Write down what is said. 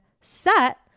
set